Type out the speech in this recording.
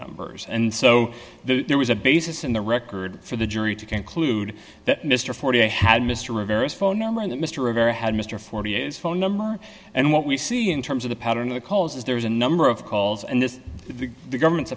numbers and so there was a basis in the record for the jury to conclude that mr forty had mr rivera's phone number and that mr rivera had mr forty is phone number and what we see in terms of the pattern of the calls is there's a number of calls and this is the government's